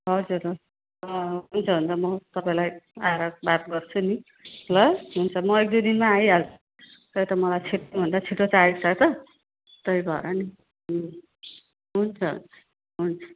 हजुर अँ हुन्छ हुन्छ म तपाईँलाई आएर बात गर्छु नि ल हुन्छ म एक दुई दिनमा आइहाल्छु त्यही त मलाई छिट्टो भन्दा छिट्टो चाहिएको छ त त्यही भएर नि हुन् हुन्छ हुन्छ हुन्छ